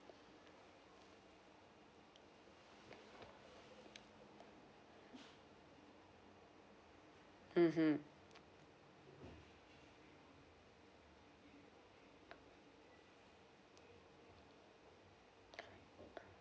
mmhmm